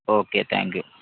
okay thank you